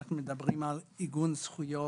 כשאנחנו מדברים על עיגון זכויות,